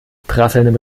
prasselndem